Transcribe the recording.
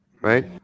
right